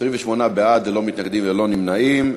13 נתקבלו 28 בעד, אין מתנגדים ואין נמנעים.